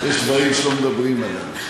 יש דברים שלא מדברים עליהם.